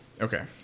Okay